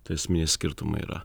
tie esminai skirtumai yra